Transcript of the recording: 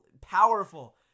powerful